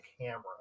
camera